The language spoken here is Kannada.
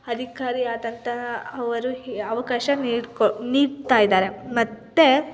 ಅಧಿಕಾರಿ ಆದಂತಹ ಅವರು ಅವಕಾಶ ನೀಡ್ಕೊ ನೀಡ್ತಾ ಇದ್ದಾರೆ ಮತ್ತು